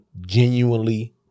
genuinely